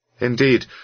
Indeed